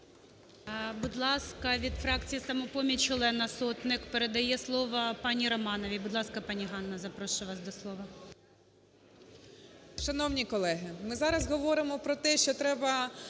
Шановні колеги, ми зараз говоримо про те, що треба